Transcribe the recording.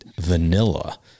vanilla